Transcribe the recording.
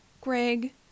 Greg